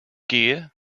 gear